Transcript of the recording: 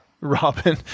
Robin